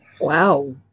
Wow